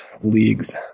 leagues